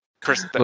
Chris